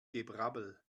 gebrabbel